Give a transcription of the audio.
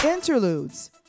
interludes